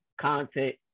content